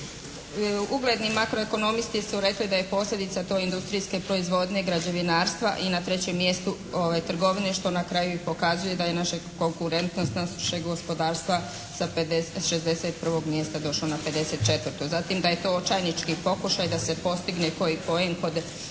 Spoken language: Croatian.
Ugledni makroekonomisti su rekli da je posljedica to industrijske proizvodnje građevinarstva i na trećem mjestu trgovine što na kraju i pokazuje da je naša konkurentnost našeg gospodarstva sa 61. mjesta došla na 54., zatim da je to očajnički pokušaj da se postigne koji poen kod birača